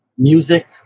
music